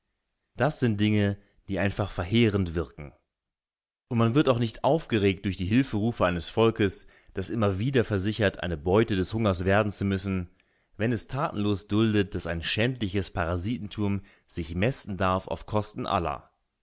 das sind dinge die einfach verheerend wirken und man wird auch nicht aufgeregt durch die hilferufe eines volkes das immer wieder versichert eine beute des hungers werden zu müssen wenn es tatenlos duldet daß ein schändliches parasitentum sich mästen darf auf kosten aller